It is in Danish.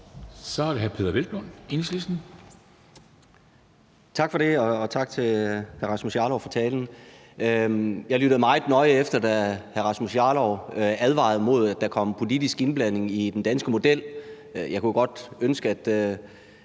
Kl. 14:10 Peder Hvelplund (EL): Tak for det, og tak til hr. Rasmus Jarlov for talen. Jeg lyttede meget nøje, da hr. Rasmus Jarlov advarede mod, at der kom politisk indblanding i den danske model. Jeg kunne godt ønske, at